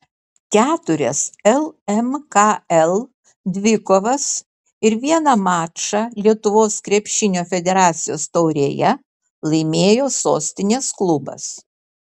keturias lmkl dvikovas ir vieną mačą lietuvos krepšinio federacijos taurėje laimėjo sostinės klubas